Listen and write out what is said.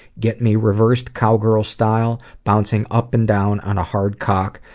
get me reversed cowgirl style, bouncing up and down on a hard cock,